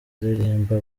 aririmba